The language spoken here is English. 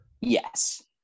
yes